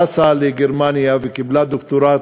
טסה לגרמניה וקיבלה דוקטורט,